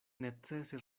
necese